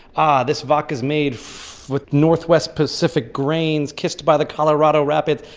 ah, this vodka's made with northwest pacific grains kissed by the colorado rapids,